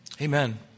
Amen